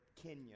Kenya